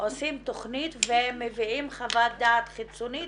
עושים תכנית ומביאים חוות דעת חיצונית